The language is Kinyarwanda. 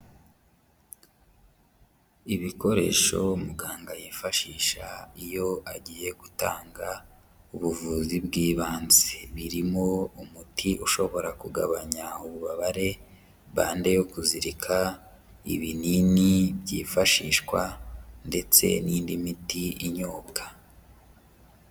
Ibikoresho muganga yifashisha iyo agiye gutanga ubuvuzi bw'ibanze, birimo umuti ushobora kugabanya ububabare, bande yo kuzirika, ibinini byifashishwa ndetse n'indi miti inyobwa.